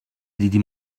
دیدی